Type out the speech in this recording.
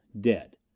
Dead